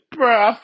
Bruh